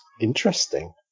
Interesting